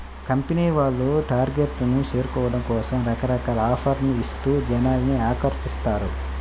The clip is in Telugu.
కంపెనీల వాళ్ళు టార్గెట్లను చేరుకోవడం కోసం రకరకాల ఆఫర్లను ఇస్తూ జనాల్ని ఆకర్షిస్తారు